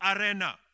arena